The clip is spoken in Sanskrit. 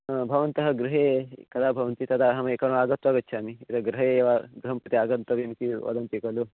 ह भवन्तः गृहे कदा भवन्ति तदा अहमेकवारम् आगत्य गच्छामि यदा गृहे एव गृहं प्रति आगन्तव्यमिति वदन्ति खलु